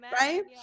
right